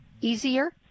easier